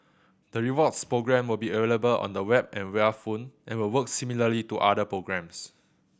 the rewards program will be available on the web and via phone and will work similarly to other programs